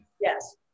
yes